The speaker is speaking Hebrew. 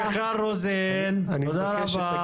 חברת הכנסת מיכל רוזין, תודה רבה.